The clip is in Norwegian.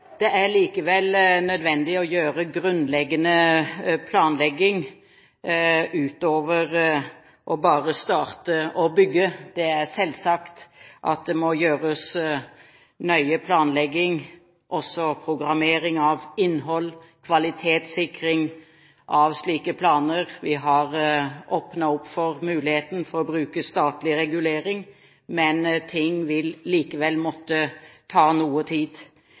Det er likevel nødvendig å gjøre grunnleggende planlegging og ikke bare starte å bygge. Det må selvsagt gjøres en nøye planlegging, også programmering av innhold og kvalitetssikring av slike planer. Vi har åpnet opp for muligheten til å bruke statlig regulering, men ting vil likevel måtte ta noe tid.